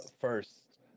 first